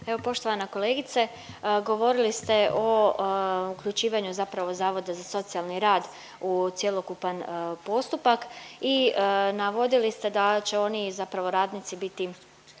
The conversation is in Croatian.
Evo poštovana kolegice, govorili ste o uključivanju zapravo Zavoda za socijalni rad u cjelokupan postupak i navodili ste da će oni, zapravo radnici biti